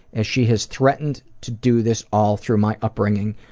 as she has threatened to do this all through my upbringing,